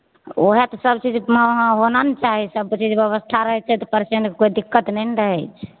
ओहए तऽ सब चीजमे वहाॅं होना ने चाही सब चीजके व्यवस्था रहै छै तऽ परसेंटके कोइ दिक्कत नहि ने रहै छै